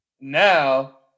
Now